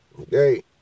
Okay